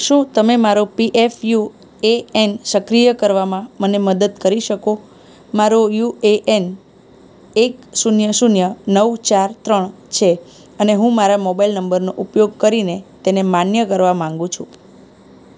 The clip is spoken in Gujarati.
શું તમે મારો પીએફ યુ એ એન સક્રિય કરવામાં મને મદદ કરી શકો મારો યુ એ એન એક શૂન્ય શૂન્ય નવ ચાર ત્રણ છે અને હું મારા મોબાઇલ નંબરનો ઉપયોગ કરીને તેને માન્ય કરવા માગું છું